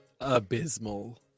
abysmal